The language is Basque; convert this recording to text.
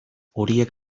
horiek